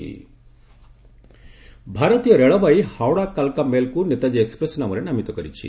Netaji train ଭାରତୀୟ ରେଳବାଇ ହାଓଡା କାଲ୍କା ମେଲ୍କୁ ନେତାଜୀ ଏକ୍ସପ୍ରେସ୍ ନାମରେ ନାମିତ କରିଛି